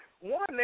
one